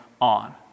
On